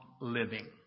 living